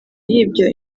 y’ibyo